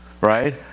Right